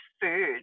food